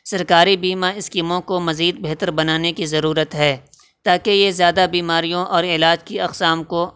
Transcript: سرکاری بیمہ اسکیموں کو مزید بہتر بنانے کی ضرورت ہے تاکہ یہ زیادہ بیماریوں اور علاج کی اقسام کو